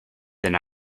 than